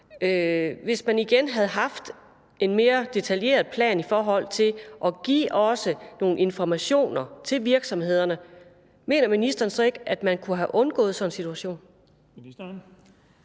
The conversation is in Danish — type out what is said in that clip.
Hvis man havde haft en mere detaljeret plan, også i forhold til at give nogle informationer til virksomhederne, mener ministeren så ikke, at man kunne have undgået sådan en situation?